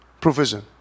provision